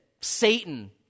Satan